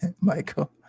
Michael